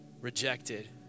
rejected